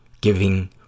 giving